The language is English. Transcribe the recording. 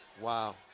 Wow